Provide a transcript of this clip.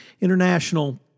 international